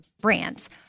brands